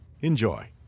Enjoy